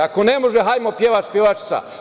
Ako ne može, hajdemo pevač, pevačica.